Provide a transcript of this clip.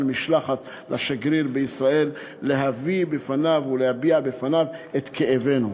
משלחת לשגריר בישראל להביא בפניו ולהביע בפניו את כאבנו.